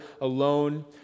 alone